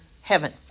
heaven